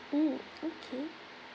mm okay